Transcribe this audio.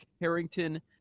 Harrington